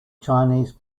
chinese